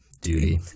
duty